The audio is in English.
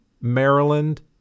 Maryland